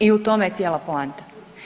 I u tome je cijela poanta.